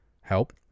help